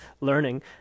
learning